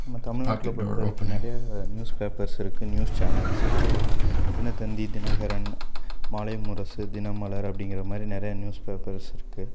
நம்ம தமிழ்நாட்டில் பொறுத்த வரைக்கும் நிறையா நியூஸ் பேப்பர்ஸ் இருக்குது நியூஸ் சேனல்ஸ் இருக்குது தினத்தந்தி தினகரன் மாலை முரசு தினமலர் அப்பஸ்டிங்கிற மாதிரி நிறைய நியூஸ் பேப்பர்ஸ் இருக்குது